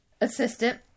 assistant